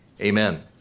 Amen